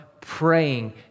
praying